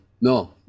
no